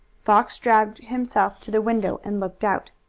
fox dragged himself to the window and looked out.